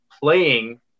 playing